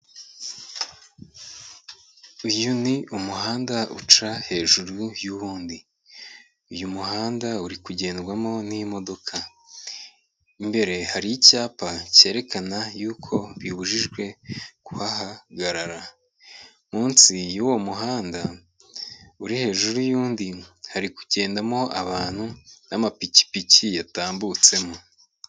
Uyu ni umuhanda uca hejuru y'ubundi, uyu muhanda uri kugendwamo n'imodoka, imbere hari icyapa kerekana yuko bibujijwe kuhahagarara. Munsi y'uwo muhanda, uri hejuru y'undi, hari kugendamo abantu, n'amapikipiki yatambutsemo.